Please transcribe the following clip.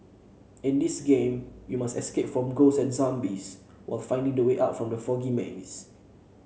in this game you must escape from ghosts and zombies while finding the way out from the foggy maze